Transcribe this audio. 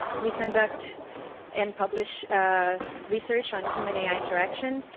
we conduct and publish research on human-ai interaction.